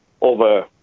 over